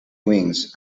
wings